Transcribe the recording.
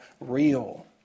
real